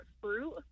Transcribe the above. fruit